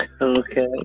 okay